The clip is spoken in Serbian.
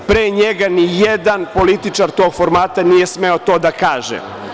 Pre njega ni jedan političar tog formata nije smeo to da kaže.